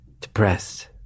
depressed